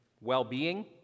well-being